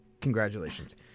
Congratulations